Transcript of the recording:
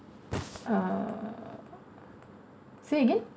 uh say again